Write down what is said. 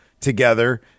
together